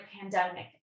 pandemic